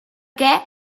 què